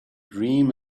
dream